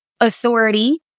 authority